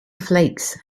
flakes